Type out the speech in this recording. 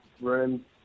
room